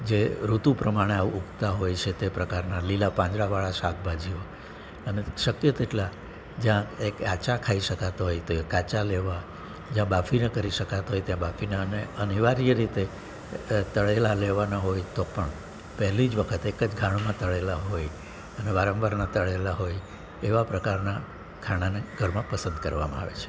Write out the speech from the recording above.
જે ઋતુ પ્રમાણે ઊગ ઊગતા હોય છે તે પ્રકારના લીલા પાંદળાવાળા શાકભાજીઓ અને શક્ય તેટલા જ્યાં એ કાચા ખાઈ શકાતા હોય તે કાચા લેવા જે બાફીને કરી શકાતા હોય તે બાફીને અને અને અનિવાર્ય રીતે તળેલા લેવાના હોય તો પણ પહેલી જ વખત એક જ ઘાણમાં તળેલા હોય અને વારંવાર ન તળેલા હોય એવા પ્રકારના ખાણાને ઘરમાં પસંદ કરવામાં આવે છે